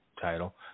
title